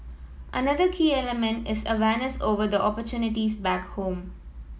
another key element is awareness over the opportunities back home